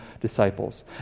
disciples